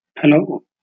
Hello